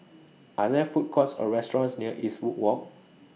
Are There Food Courts Or restaurants near Eastwood Walk